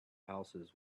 houses